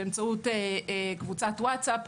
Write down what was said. באמצעות קבוצת וואטסאפ,